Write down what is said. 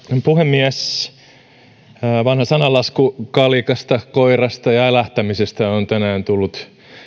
puhemies vanha sananlasku kalikasta koirasta ja ja älähtämisestä on tänään tullut